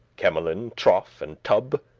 kemelin, trough, and tub,